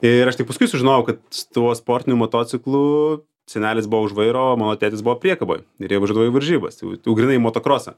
ir aš tik paskui sužinojau kad tuo sportiniu motociklu senelis buvo už vairo o mano tėtis buvo priekaboj ir jie važiuodavo į varžybas jau grynai į motokrosą